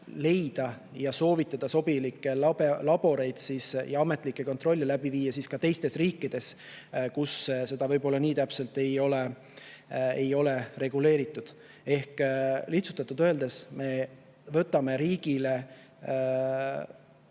ja soovitada sobilikke laboreid ning viia ametlikke kontrolle läbi ka teistes riikides, kus see võib-olla nii täpselt ei ole reguleeritud. Lihtsustatult öeldes, me võtame riigile